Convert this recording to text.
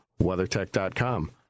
WeatherTech.com